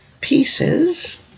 pieces